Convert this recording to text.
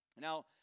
Now